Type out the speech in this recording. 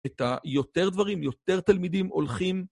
את היותר דברים, יותר תלמידים הולכים...